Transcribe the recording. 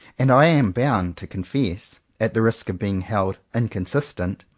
and i am bound to con fess, at the risk of being held inconsistent,